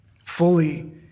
fully